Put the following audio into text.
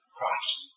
Christ